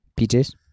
PJs